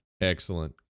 Excellent